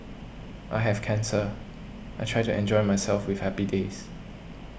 I have cancer I try to enjoy myself with happy days